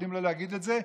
נותנים לו להגיד את זה,